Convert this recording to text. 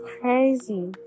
crazy